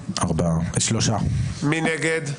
מי נגד?